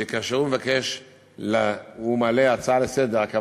שכאשר הוא מעלה הצעה לסדר-היום,